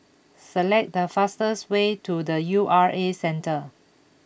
select the fastest way to the U R A Centre